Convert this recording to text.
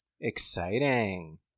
Exciting